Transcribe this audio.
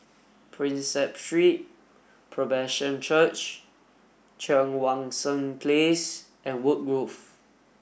Prinsep Street Presbyterian Church Cheang Wan Seng Place and Woodgrove